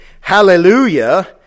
hallelujah